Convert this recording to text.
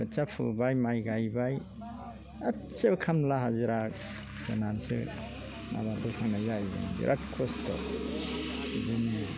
खोथिया फुबाय माइ गायबाय गासिबो खामला हाजिरा होनानैसो आबादखौ मावनाय जायो बिराद खस्थ'